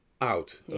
out